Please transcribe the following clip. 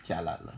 jialat 了